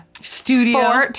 studio